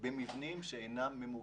במבנים שאינם ממוגנים.